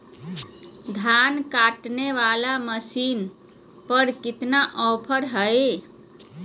धान काटने वाला मसीन पर कितना ऑफर हाय?